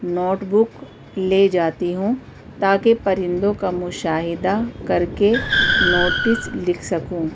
note book لے جاتی ہوں تاکہ پرندوں کا مشاہدہ کر کے نوٹس لکھ سکوں